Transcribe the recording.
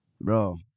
bro